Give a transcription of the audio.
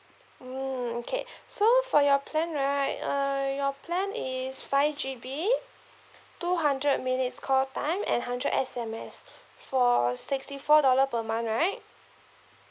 mm okay so for your plan right uh your plan is five G_B two hundred minutes call time and hundred S_M_S for sixty four dollar per month right